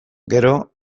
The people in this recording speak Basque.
gero